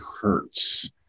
hurts